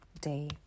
day